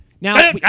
now